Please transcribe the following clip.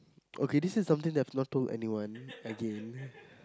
okay this is something I have not told anyone again